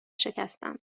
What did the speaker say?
شکستم